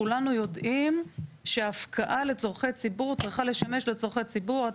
כולנו יודעים שהפקעה לצרכי ציבור צריכה לשמש לצרכי ציבור.